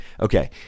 Okay